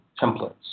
templates